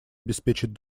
обеспечить